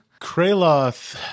Kraloth